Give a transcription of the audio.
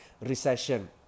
recession